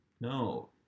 No